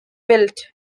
built